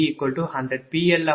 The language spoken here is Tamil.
004j0